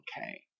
okay